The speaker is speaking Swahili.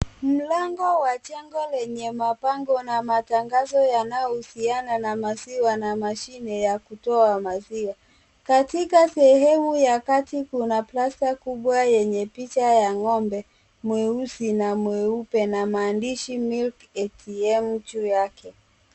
Mlango wa jengo lenye mabango na matangazo yanayohusiana na maziwa na mashine ya kutoa maziwa. Katika sehemu ya kati kuna plasta kubwa yenye picha ya ng'ombe mweusi na mweupe na maandishi milk ATM juu yake.